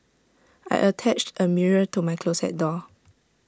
I attached A mirror to my closet door